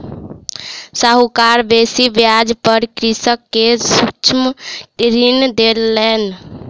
साहूकार बेसी ब्याज पर कृषक के सूक्ष्म ऋण देलैन